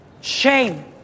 Shame